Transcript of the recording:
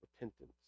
Repentance